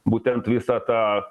būtent visą tą